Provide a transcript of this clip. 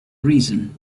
reason